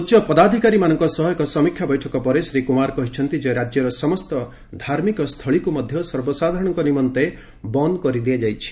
ଉଚ୍ଚପଦାଧିକାରୀ ମାନଙ୍କ ସହ ଏକ ସମୀକ୍ଷା ବୈଠକ ପରେ ଶ୍ରୀ କୁମାର କହିଛନ୍ତି ଯେ ରାଜ୍ୟର ସମସ୍ତ ଧାର୍ମିକସ୍ଥଳୀକୁ ମଧ୍ୟ ସର୍ବସାଧାରଣଙ୍କ ନିମନ୍ତେ କରି ଦିଆଯାଇଛି